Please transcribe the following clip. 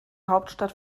hauptstadt